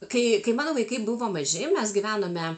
kai kai mano vaikai buvo maži mes gyvenome